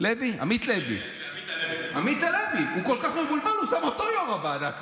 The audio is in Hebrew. הוא כל כך מבולבל, הוא כבר שם אותו יו"ר הוועדה.